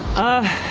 ah